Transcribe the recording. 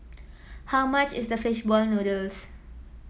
how much is the fish ball noodles